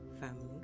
family